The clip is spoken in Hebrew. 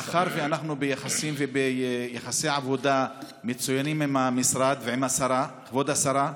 מאחר שאנחנו ביחסים וביחסי עבודה מצוינים עם המשרד ועם כבוד השרה,